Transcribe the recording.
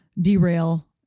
derail